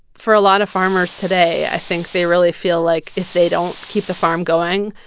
for a lot of farmers today, i think they really feel like if they don't keep the farm going,